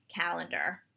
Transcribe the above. calendar